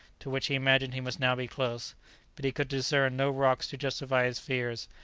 to which he imagined he must now be close but he could discern no rocks to justify his fears,